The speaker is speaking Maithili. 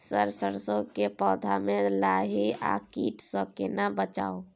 सर सरसो के पौधा में लाही आ कीट स केना बचाऊ?